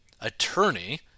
attorney